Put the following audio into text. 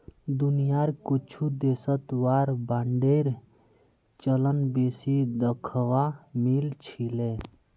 दुनियार कुछु देशत वार बांडेर चलन बेसी दखवा मिल छिले